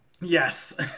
yes